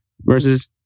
versus